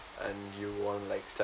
and you want like